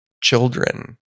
children